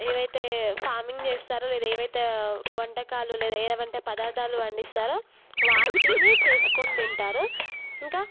ఏవైతే ఫామింగ్ చేస్తారో లేదా ఏవైతే వంటకాలు లేదా ఏవంటే పదార్ధాలు పండిస్తారో వాటిని చేసుకొని తింటారు ఇంకా